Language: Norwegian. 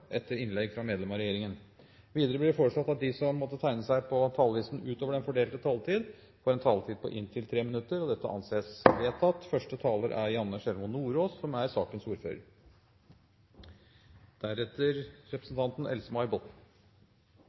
etter innlegg fra medlem av regjeringen innenfor den fordelte taletid. Videre blir det foreslått at de som måtte tegne seg på talerlisten utover den fordelte taletid, får en taletid på inntil 3 minutter. – Det anses vedtatt. Som